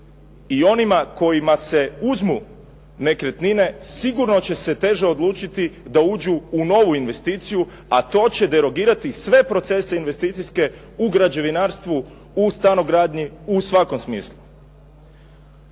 I onima kojima se uzmu nekretnine, sigurno će se teže odlučiti da uđu u novu investiciju, a to će derogirati sve procese investicijske u građevinarstvu, u stanogradnji, u svakom smislu.